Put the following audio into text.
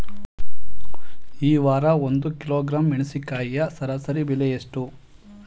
ಈ ವಾರ ಒಂದು ಕಿಲೋಗ್ರಾಂ ಮೆಣಸಿನಕಾಯಿಯ ಸರಾಸರಿ ಬೆಲೆ ಎಷ್ಟು?